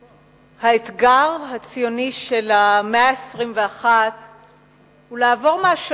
האתגר הציוני של המאה ה-21 הוא לעבור מהשלב של